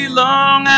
long